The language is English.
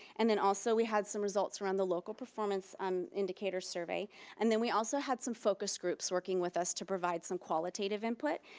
and then also we had some results around the local performance um indicator survey and then we also had some focus groups working with us to provide some qualitative input,